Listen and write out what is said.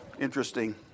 interesting